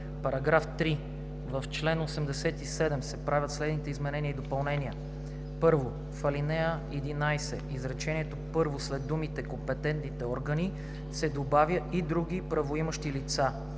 § 3: „§ 3. В чл. 87 се правят следните изменения и допълнения: 1. В ал. 11, изречение първо след думите „компетентните органи“ се добавя „и други правоимащи лица“,